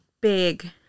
big